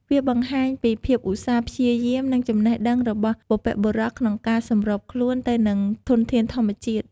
វាបង្ហាញពីភាពឧស្សាហ៍ព្យាយាម និងចំណេះដឹងរបស់បុព្វបុរសក្នុងការសម្របខ្លួនទៅនឹងធនធានធម្មជាតិ។